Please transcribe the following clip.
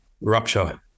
rupture